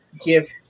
give